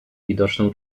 widoczną